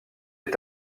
est